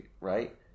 right